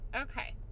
Okay